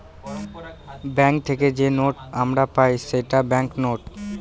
bank থেকে যে note আমরা পাই সেটা ব্যাঙ্ক নোট